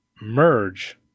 merge